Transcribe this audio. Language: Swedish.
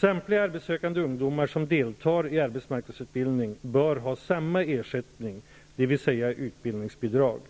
Samtliga arbetssökande ungdomar som deltar i arbetsmarknadsutbildning bör ha samma ersättning, dvs. utbildningsbidrag.